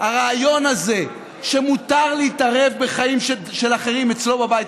הרעיון הזה שמותר להתערב בחיים של אחרים אצלם בבית,